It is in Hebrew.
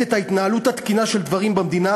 את ההתנהלות התקינה של הדברים במדינה,